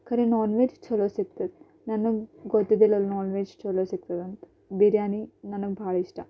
ಖರೇ non veg ಛಲೋ ಸಿಕ್ತದ ನನಗೆ ಗೊತ್ತಿದ್ದಿಲ್ಲ ಅಲ್ಲಿ ನಾನ್ ವೆಜ್ ಛಲೋ ಸಿಕ್ತದಂತ ಬಿರಿಯಾನಿ ನನಗೆ ಭಾಳ ಇಷ್ಟ